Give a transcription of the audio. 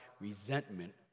resentment